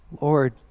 Lord